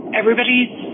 everybody's